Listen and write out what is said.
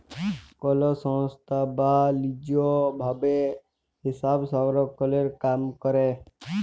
call সংস্থায় বা lease ভাবে হিসাবরক্ষলের কামে ক্যরে